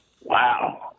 Wow